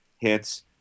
hits